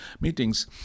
meetings